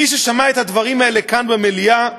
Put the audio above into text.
מי ששמע את הדברים האלה כאן במליאה,